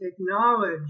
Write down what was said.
acknowledge